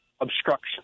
obstruction